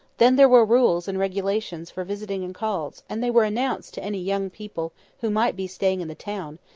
then there were rules and regulations for visiting and calls and they were announced to any young people who might be staying in the town,